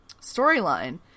storyline